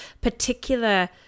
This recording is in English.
particular